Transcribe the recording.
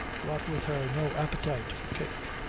brought with her no appetite for cake.